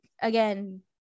again